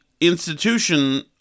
institution